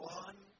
one